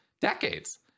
decades